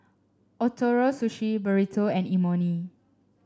Ootoro Sushi Burrito and Imoni